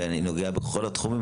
ואני נוגע בכל התחומים,